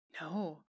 No